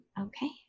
Okay